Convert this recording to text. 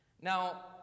Now